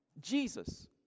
Jesus